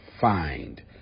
find